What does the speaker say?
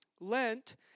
Lent